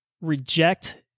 Reject